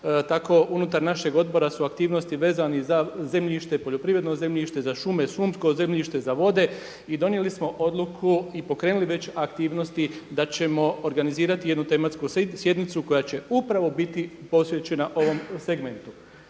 Tako unutar našeg odbora su aktivnosti vezane za zemljište, poljoprivredno zemljište, za šume, šumsko zemljište, za vode i donijeli smo odluku i pokrenuli već aktivnosti da ćemo organizirati jednu tematsku sjednicu koja će upravo biti posvećena ovom segmentu.